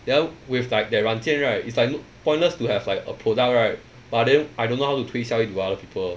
then with like their 软件 right it's like pointless to have like a product right but then I don't know how to 推销 it to other people